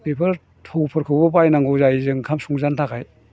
बेफोर थौफोरखौबो बायनांगौ जायो जों ओंखाम संजानो थाखाय